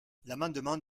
l’amendement